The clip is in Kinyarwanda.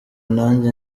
nanjye